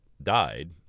died